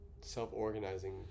self-organizing